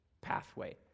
pathway